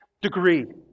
degree